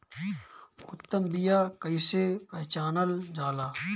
उत्तम बीया कईसे पहचानल जाला?